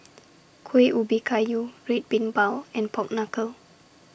Kuih Ubi Kayu Red Bean Bao and Pork Knuckle